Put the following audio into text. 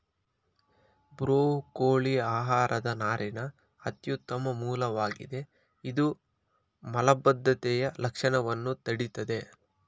broccoli ಆಹಾರದ ನಾರಿನ ಅತ್ಯುತ್ತಮ ಮೂಲವಾಗಿದೆ ಇದು ಮಲಬದ್ಧತೆಯ ಲಕ್ಷಣವನ್ನ ತಡಿತದೆ